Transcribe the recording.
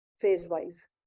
phase-wise